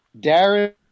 darren